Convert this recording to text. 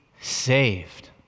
saved